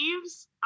leaves